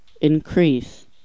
Increase